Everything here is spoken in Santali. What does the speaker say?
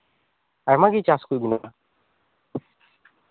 ᱟᱭᱢᱟ ᱜᱮ ᱪᱟᱥ ᱠᱚ ᱢᱮᱱᱟᱜᱼᱟ